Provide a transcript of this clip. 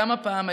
גם הפעם,